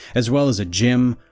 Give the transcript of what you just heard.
as well as a gym,